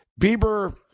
Bieber